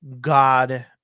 God